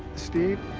steve,